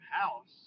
House